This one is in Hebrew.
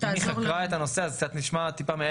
אם היא חקרה את הנושא אז קצת נשמע מעבר.